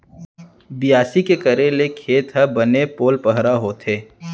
बियासी के करे ले खेत ह बने पोलपरहा होथे